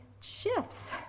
shifts